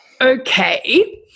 Okay